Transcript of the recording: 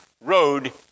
road